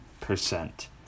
percent